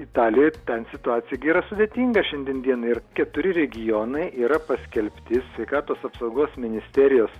italijoje ten situacija yra sudėtinga šiandien dienai ir keturi regionai yra paskelbti sveikatos apsaugos ministerijos